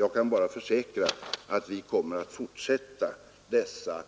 Jag kan bara försäkra att vi kommer att fortsätta dessa